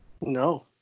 No